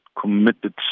committed